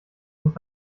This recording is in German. uns